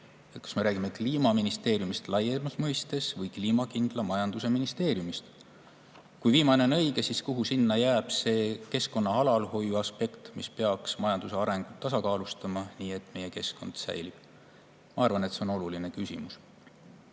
Kas me räägime Kliimaministeeriumist laiemas mõistes või kliimakindla majanduse ministeeriumist? Kui viimane on õige, siis kuhu jääb see keskkonna alalhoiu aspekt, mis peaks majanduse arengut tasakaalustama, nii et meie keskkond säilib? Ma arvan, et see on oluline küsimus.